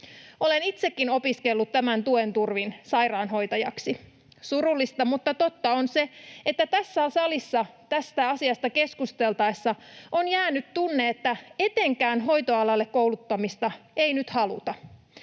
Olen itsekin opiskellut tämän tuen turvin sairaanhoitajaksi. Surullista mutta totta on se, että tässä salissa tästä asiasta keskusteltaessa on jäänyt tunne, että etenkään hoitoalalle kouluttamista ei nyt haluta.